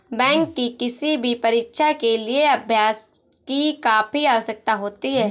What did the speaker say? bank की किसी भी परीक्षा के लिए अभ्यास की काफी आवश्यकता होती है